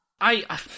I-